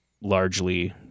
largely